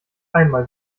einmal